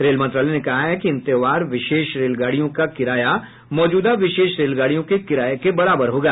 rail मंत्रालय ने कहा है कि इन त्योहार विशेष रेलगाड़ियों का किराया मौजूदा विशेष रेलगाड़ियों के किराए के बराबर होगा